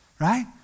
right